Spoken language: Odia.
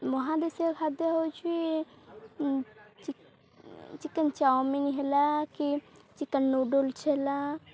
ମହାଦେଶୀୟ ଖାଦ୍ୟ ହଉଛିି ଚିକେନ୍ ଚାଓମିନ୍ ହେଲା କି ଚିକେନ୍ ନୁଡ଼ଲ୍ସ ହେଲା